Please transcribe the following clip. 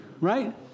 right